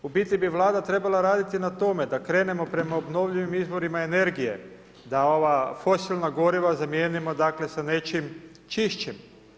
U biti bi Vlada trebala raditi na tome da krenemo prema obnovljivim izvorima energije, da ova fosilna goriva zamijenimo dakle sa nečim čišćim.